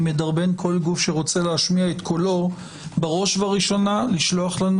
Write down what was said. אני מדרבן כל גוף שרוצה להשמיע קולו בראש ובראשונה לשלוח לנו